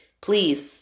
Please